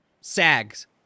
sags